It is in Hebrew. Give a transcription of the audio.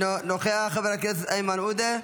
אינו נוכח, חבר הכנסת איימן עודה,